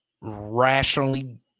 rationally